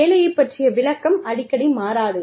வேலையைப் பற்றிய விளக்கம் அடிக்கடி மாறாது